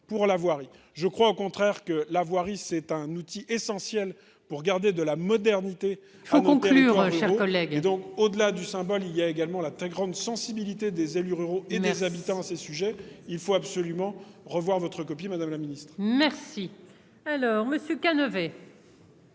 pour la voirie, je crois au contraire que la voirie, c'est un outil essentiel pour garder de la modernité à conclure un cher collègue et donc au-delà du symbole, il y a également la ta grande sensibilité des élus ruraux et les habitants ses sujets, il faut absolument revoir votre copie, Madame la Ministre. Merci, alors Monsieur.